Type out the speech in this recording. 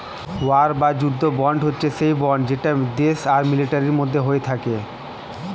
war বা যুদ্ধ bond হচ্ছে সেই বন্ড যেটা দেশ আর মিলিটারির মধ্যে হয়ে থাকে